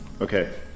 Okay